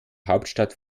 hauptstadt